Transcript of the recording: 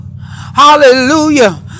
Hallelujah